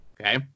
okay